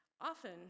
Often